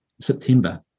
September